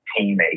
teammate